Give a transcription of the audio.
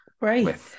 Right